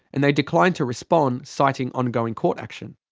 and they declined to respond, citing ongoing court action.